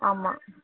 ஆமாம்